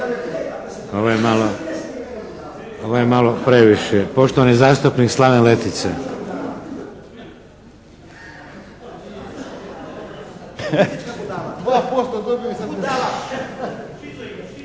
Ovo je malo previše već. Poštovani zastupnik Slaven Letica.